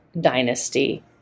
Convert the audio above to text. Dynasty